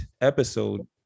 episode